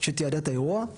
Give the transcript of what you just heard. שתיעדה את האירוע,